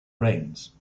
reigns